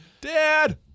Dad